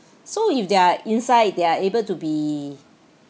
so if they're inside they're able to be